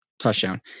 touchdown